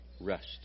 Rest